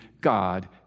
God